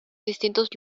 distintos